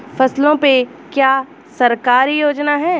फसलों पे क्या सरकारी योजना है?